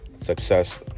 success